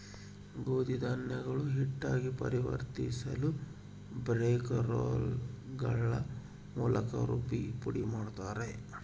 ಗೋಧಿ ಧಾನ್ಯಗಳು ಹಿಟ್ಟಾಗಿ ಪರಿವರ್ತಿಸಲುಬ್ರೇಕ್ ರೋಲ್ಗಳ ಮೂಲಕ ರುಬ್ಬಿ ಪುಡಿಮಾಡುತ್ತಾರೆ